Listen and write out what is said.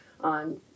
on